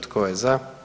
Tko je za?